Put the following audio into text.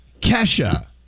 Kesha